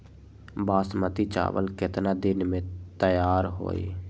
बासमती चावल केतना दिन में तयार होई?